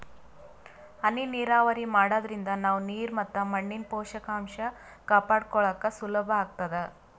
ಹನಿ ನೀರಾವರಿ ಮಾಡಾದ್ರಿಂದ ನಾವ್ ನೀರ್ ಮತ್ ಮಣ್ಣಿನ್ ಪೋಷಕಾಂಷ ಕಾಪಾಡ್ಕೋಳಕ್ ಸುಲಭ್ ಆಗ್ತದಾ